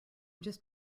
just